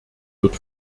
wird